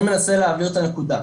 אני מנסה להעביר את הנקודה,